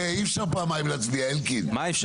שמונה.